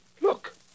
look